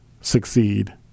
succeed